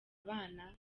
abana